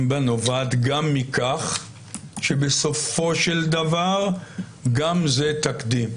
בה נובעת גם מכך שבסופו של דבר גם זה תקדים.